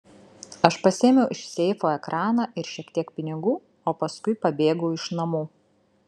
aš pasiėmiau iš seifo ekraną ir šiek tiek pinigų o paskui pabėgau iš namų